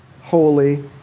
holy